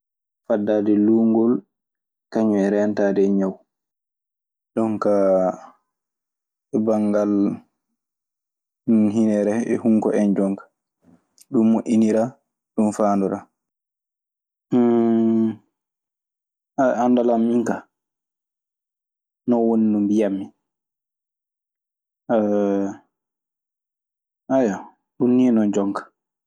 Faddaade luungol kañum e reentaade e ñaw. Jona e banngal hinere e hunko en jon kaa. Ɗun moƴƴiniraa. Ɗun faandoraa. Anndal an min kaa, non woni no mbiyammi. Ɗun nii non jonka.